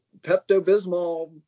Pepto-Bismol